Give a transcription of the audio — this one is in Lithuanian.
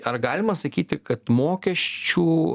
ar galima sakyti kad mokesčių